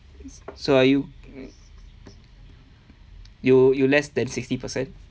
so are you you you less than sixty percent